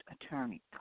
attorney